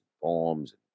forms